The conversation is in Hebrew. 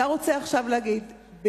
אתה רוצה להגיד: עכשיו,